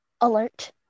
alert